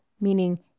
meaning